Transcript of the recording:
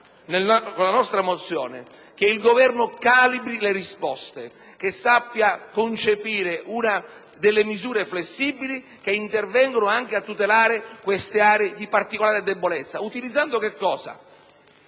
con la nostra mozione, che il Governo calibri le riposte, che sappia concepire delle misure flessibili, che intervengano anche a tutelare queste aree di particolare debolezza, utilizzando anche la